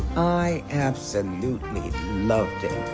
i absolutely loved it.